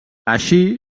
així